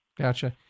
Gotcha